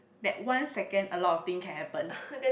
that one second a lot of thing can happen